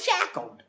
shackled